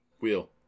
Wheel